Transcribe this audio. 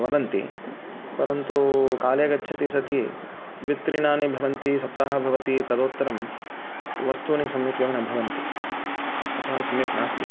वदन्ति परन्तु काले गच्छति सति द्वि त्रीणी भवन्ति सप्ताहः भवति तदुत्तरं वस्तूनि सम्यक् एव न भवन्ति अतः सम्यक् नास्ति